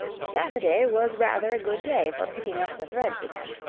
saturday was rather a good day for picking up the threads again.